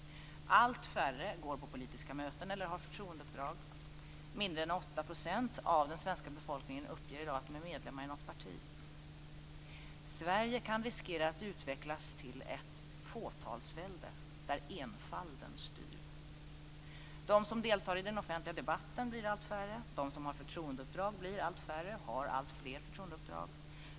Allt färre går på politiska möten eller har förtroendeuppdrag. Mindre än 8 % av den svenska befolkningen uppger i dag att de är medlemmar i något parti. Sverige kan riskera att utvecklas till ett fåtalsvälde där enfalden styr. De som deltar i den offentliga debatten blir allt färre. De som har förtroendeuppdrag blir allt färre och har alltfler förtroendeuppdrag.